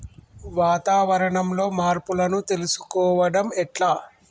వాతావరణంలో మార్పులను తెలుసుకోవడం ఎట్ల?